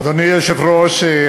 אדוני היושב-ראש,